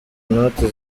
noti